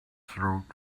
throat